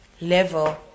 level